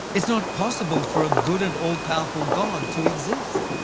it's not possible for a good and all powerful god to exist.